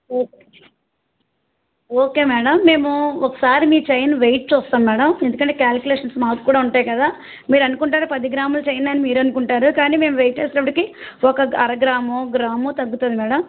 okay okay madam మేము ఒకసారి మీ చెయిన్ వెయిట్ చూస్తాము మేడం ఎందుకంటే కాలిక్యులేషన్స్ మాకు కూడా ఉంటాయి కదా మీరు అనుకుంటారు పది గ్రాములు చెయిన్ అని మీరు అనుకుంటారు కానీ మేము వెయిట్ వేసినప్పటికీ ఒక అర గ్రాము గ్రాము తగ్గుతుంది మేడం